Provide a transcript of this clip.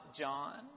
john